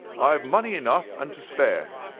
i have money enough and to spare.